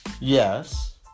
yes